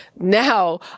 Now